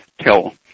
tell